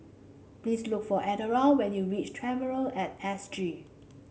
please look for Eldora when you reach Traveller at S G